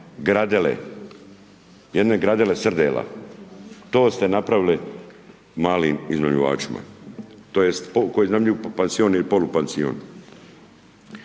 gradele. Jedne gradele srdela. To ste napravili malim iznajmljivačima, tj. koji iznajmljuju pansion i polupansion.